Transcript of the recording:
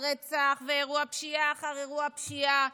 רצח ואירוע פשיעה אחר אירוע פשיעה,